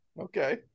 okay